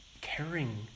caring